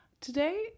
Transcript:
Today